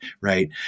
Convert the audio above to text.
right